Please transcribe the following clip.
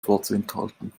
vorzuenthalten